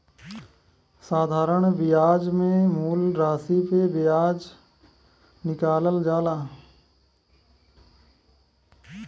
साधारण बियाज मे मूल रासी पे बियाज निकालल जाला